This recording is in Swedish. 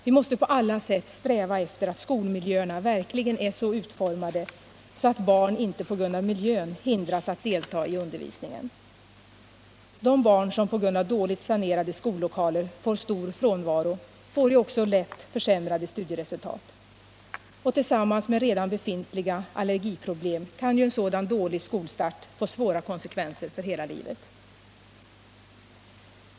Vi måste på alla sätt sträva efter att skolmiljöerna verkligen är så utformade att barn inte på grund av miljön hindras att delta i undervisningen. De barn som på grund av dåligt sanerade skollokaler får stor frånvaro får ju också lätt försämrade studieresultat. Tillsammans med redan befintliga allergiproblem kan en sådan dålig skolstart få svåra konsekvenser för hela livet.